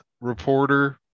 reporter